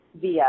via